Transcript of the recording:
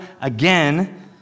again